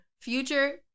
Future